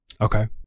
Okay